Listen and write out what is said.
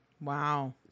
Wow